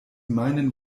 meinen